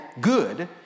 good